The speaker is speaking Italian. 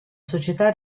società